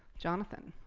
johnathan,